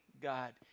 God